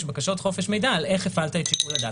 בקשות חופש מידע על איך הפעלת את שיקול הדעת.